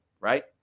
Right